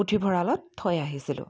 পুথিভঁৰালত থৈ আহিছিলোঁ